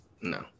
No